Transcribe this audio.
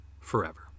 forever